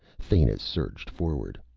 thanis surged forward.